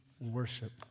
worship